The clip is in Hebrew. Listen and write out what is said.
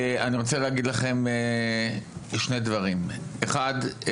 אני רוצה להגיד לכם שני דברים: אחד,